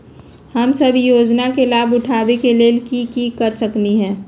हम सब ई योजना के लाभ उठावे के लेल की कर सकलि ह?